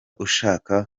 ushaka